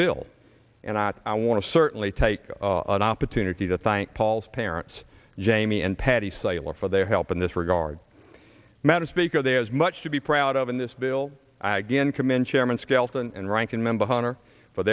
bill and i i want to certainly take an opportunity to thank paul's parents jamie and patty sailor for their help in this regard madam speaker there is much to be proud of in this bill again commend chairman skelton and ranking member hunter for